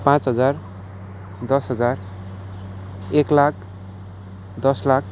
पाँच हजार दस हजार एक लाख दस लाख